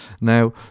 Now